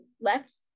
left